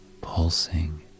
pulsing